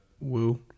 Woo